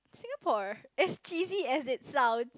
Singapore S_G_C as it sound